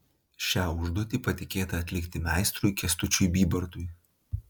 šią užduotį patikėta atlikti meistrui kęstučiui bybartui